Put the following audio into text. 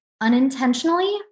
unintentionally